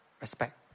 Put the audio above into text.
respect